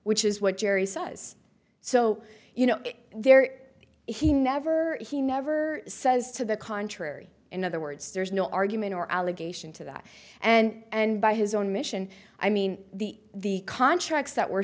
which is what gerry says so you know there he never he never says to the contrary in other words there's no argument or allegation to that and by his own mission i mean the the contracts that were